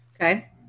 Okay